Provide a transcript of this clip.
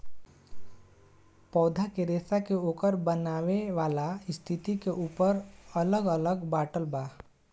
पौधा के रेसा के ओकर बनेवाला स्थिति के ऊपर अलग अलग बाटल बा